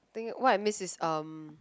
think what I miss is um